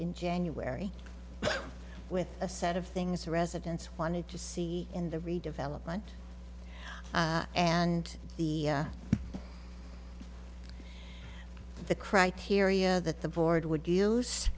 in january with a set of things residents wanted to see in the redevelopment and the the criteria that the board would use